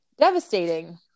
devastating